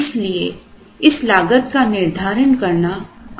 इसलिए इस लागत का निर्धारण करना आसान नहीं है